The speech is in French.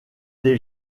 des